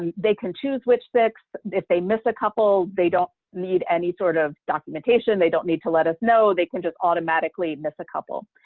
and they can choose which six. if they miss a couple, they don't need any sort of documentation. they don't need to let us know. they can just automatically miss a couple.